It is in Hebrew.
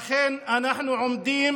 אכן, אנחנו עומדים